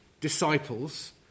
disciples